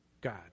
God